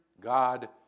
God